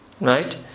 Right